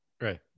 Right